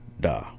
da